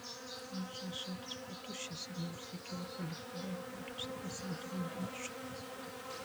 mūsų ąsotis buvo tuščias ir mums reikėjo arba likti be arbatos arba semti vandenį iš upės